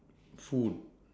food